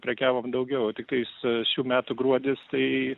prekiavom daugiau tiktais šių metų gruodis tai